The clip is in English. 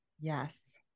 Yes